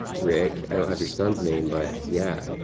rick, i don't have your son's name but yeah.